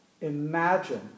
imagine